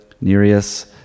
Nereus